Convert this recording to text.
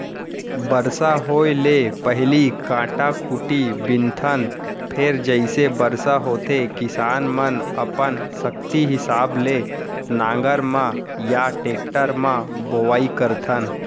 बरसा होए ले पहिली कांटा खूंटी बिनथन फेर जइसे बरसा होथे किसान मनअपन सक्ति हिसाब ले नांगर म या टेक्टर म बोआइ करथन